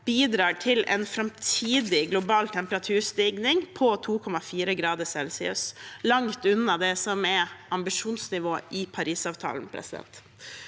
bidrar til en framtidig global temperaturstigning på 2,4 grader celsius – langt unna det som er ambisjonsnivået i Parisavtalen.